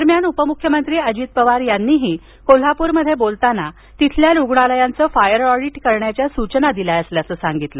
दरम्यान उपमुख्यमंत्री अजित पवार यांनीही कोल्हापुरात बोलताना तिथल्या रुग्णालयांचं फायर अॅडिट करण्याच्या सूचना दिल्या असल्याचं सांगितलं